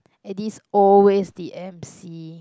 Eddie's always the emcee